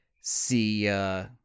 see